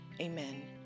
Amen